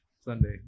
Sunday